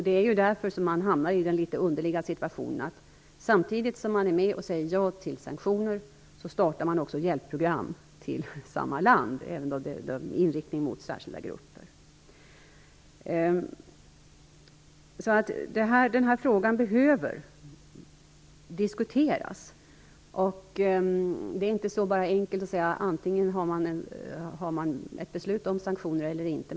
Det är därför som man hamnar i den litet underliga situationen att samtidigt som man säger ja till sanktioner startar man hjälpprogram i samma land, med inriktning mot särskilda grupper. Den här frågan behöver diskuteras. Det är inte så enkelt att man antingen fattar ett beslut om sanktioner eller inte.